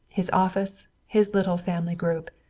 his office, his little family group.